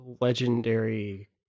legendary